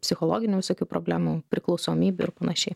psichologinių visokių problemų priklausomybių ir panašiai